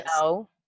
no